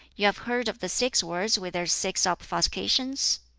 you have heard of the six words with their six obfuscations?